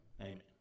Amen